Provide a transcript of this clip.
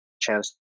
chance